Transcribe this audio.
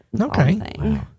Okay